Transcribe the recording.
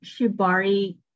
shibari